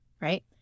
right